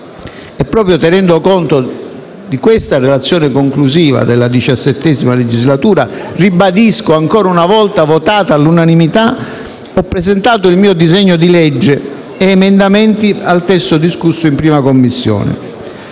Proprio tenendo conto di questa relazione conclusiva della XVII legislatura (ribadisco ancora una volta che essa è stata votata all'unanimità), ho presentato il mio disegno di legge ed emendamenti al testo discusso in 1a Commissione.